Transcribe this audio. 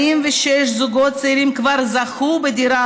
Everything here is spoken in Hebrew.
46,000 זוגות צעירים כבר זכו בדירה